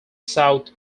south